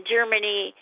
Germany